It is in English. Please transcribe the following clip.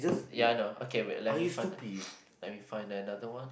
ya I know okay wait let me find let me find another one